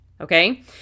okay